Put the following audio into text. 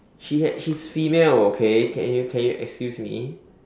she had she's female okay can you can you excuse me